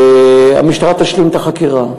המשטרה תשלים את החקירה.